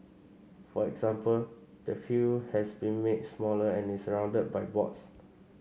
for example the field has been made smaller and is surrounded by boards